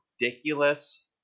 ridiculous